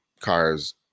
cars